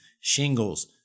shingles